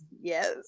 Yes